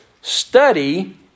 Study